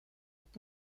und